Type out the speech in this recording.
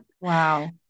Wow